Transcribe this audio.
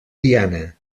diana